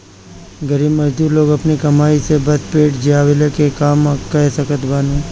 गरीब मजदूर लोग अपनी कमाई से बस पेट जियवला के काम कअ सकत बानअ